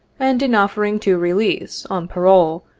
and in offering to release, on parole,